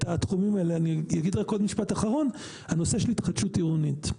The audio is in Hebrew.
אני אגיד רק עוד משפט אחרון בנושא של התחדשות עירונית.